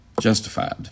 Justified